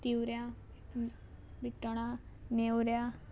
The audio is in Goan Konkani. तिवऱ्या बिट्टोणा नेवऱ्यां